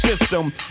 system